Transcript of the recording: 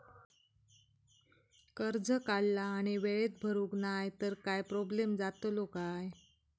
कर्ज काढला आणि वेळेत भरुक नाय तर काय प्रोब्लेम जातलो काय?